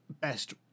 Best